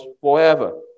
forever